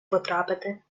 потрапити